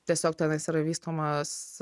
tiesiog tenais yra vystomas